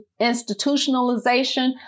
institutionalization